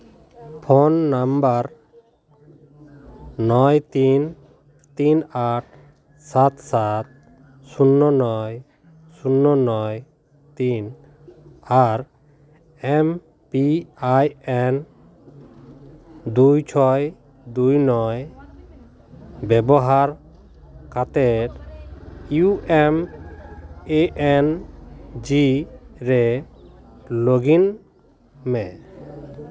phone number ᱱᱚᱭ ᱛᱤᱱ ᱛᱤᱱ ᱟᱴ ᱥᱟᱛ ᱥᱟᱛ ᱥᱩᱱᱱᱚ ᱱᱚᱭ ᱥᱩᱱᱱᱚ ᱱᱚᱭ ᱛᱤᱱ ᱟᱨ ᱮᱢ ᱯᱤ ᱟᱭ ᱮᱱ ᱫᱩᱭ ᱪᱷᱚᱭ ᱫᱩᱭ ᱱᱚᱭ ᱵᱮᱵᱚᱦᱟᱨ ᱠᱟᱛᱮ U M A N G ᱨᱮ ᱞᱚᱜᱽ ᱤᱱ ᱢᱮ